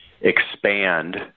expand